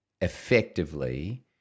effectively